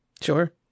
Sure